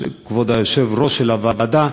כבוד היושב-ראש של הוועדה,